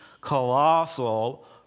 colossal